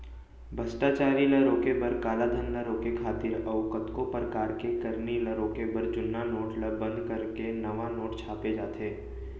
भस्टाचारी ल रोके बर, कालाधन ल रोके खातिर अउ कतको परकार के करनी ल रोके बर जुन्ना नोट ल बंद करके नवा नोट छापे जाथे